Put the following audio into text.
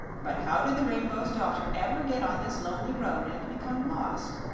but how did the rainbow's daughter ever get on this lonely road, and become lost?